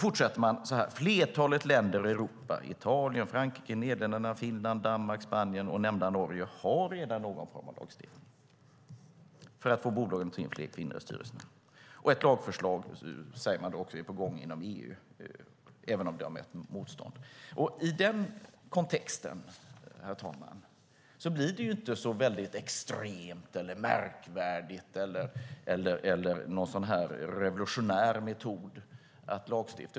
Artikeln fortsätter: "Flertalet länder i Europa däribland Italien, Frankrike, Nederländerna, Finland, Danmark, Spanien och nämnda Norge har redan någon form av lagstiftning för att få bolagen att ta in fler kvinnor i styrelserna. Ett lagförslag inom EU är också på gång även om det mött motstånd." I den kontexten, herr talman, blir det inte så väldigt extremt, märkvärdigt eller en revolutionär metod att lagstifta.